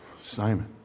Simon